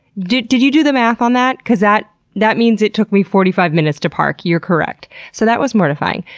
did did you do the math on that? cause that that means it took me forty five minutes to park. you're correct. so that was mortifying.